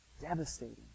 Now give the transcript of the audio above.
devastating